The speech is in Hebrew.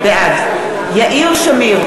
בעד יאיר שמיר,